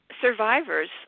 Survivors